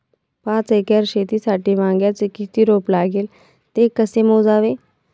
पाच एकर शेतीसाठी वांग्याचे किती रोप लागेल? ते कसे मोजावे?